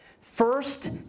first